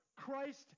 Christ